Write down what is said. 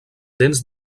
dents